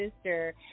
sister